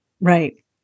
Right